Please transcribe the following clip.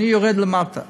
אני יורד למטה.